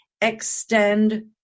extend